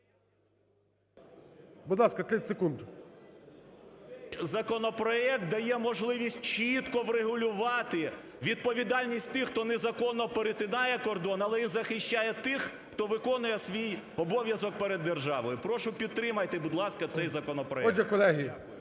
17:17:21 СОБОЛЄВ С.В. Законопроект дає можливість чітко врегулювати відповідальність тих, хто не законно перетинає кордон, але і захищає тих, хто виконує свій обов'язок перед державою. Прошу, підтримайте, будь ласка, цей законопроект.